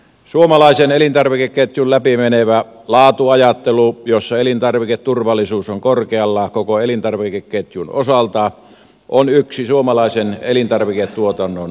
suomalaisen elintarvikeketjun läpi menevä laatuajattelu jossa elintarviketurvallisuus on korkealla koko elintarvikeketjun osalta on yksi suomalaisen elintarviketuotannon vahvuuksia